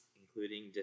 including